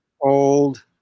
old